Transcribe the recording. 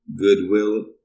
Goodwill